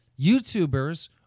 YouTubers